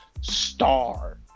star